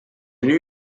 new